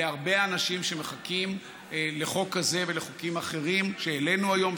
להרבה אנשים שמחכים לחוק כזה ולחוקים אחרים שהעלינו היום,